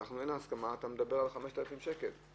ואין לנו הסכמה כשאתה מדבר על 5,000 שקל.